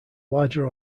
larger